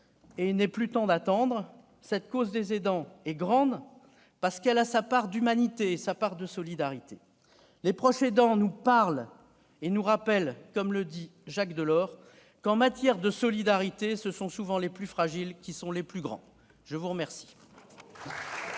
; il n'est plus temps d'attendre. La cause des aidants est grande parce qu'elle a sa part d'humanité et de solidarité. Les proches aidants nous parlent et nous rappellent, à la suite de Jacques Delors, que, en matière de solidarité, ce sont souvent les plus fragiles qui sont les plus grands. La parole